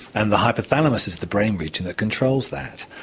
and the hypothalamus is the brain region that controls that.